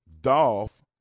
Dolph